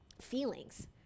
feelings